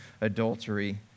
adultery